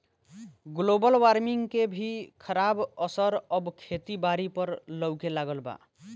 global warming के भी खराब असर अब खेती बारी पर लऊके लगल बा